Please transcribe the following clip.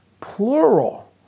plural